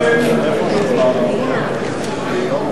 משרד התיירות (פיתוח מקומות קדושים במגזר הערבי),